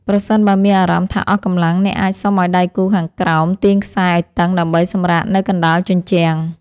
ប្រសិនបើមានអារម្មណ៍ថាអស់កម្លាំង អ្នកអាចសុំឱ្យដៃគូខាងក្រោមទាញខ្សែឱ្យតឹងដើម្បីសម្រាកនៅកណ្ដាលជញ្ជាំង។